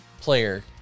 player